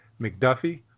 McDuffie